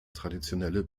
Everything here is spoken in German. traditionelle